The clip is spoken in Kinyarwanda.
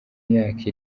myaka